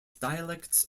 dialects